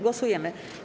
Głosujemy.